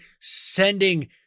sending